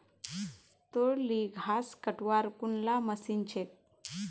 तोर ली घास कटवार कुनला मशीन छेक